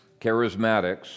charismatics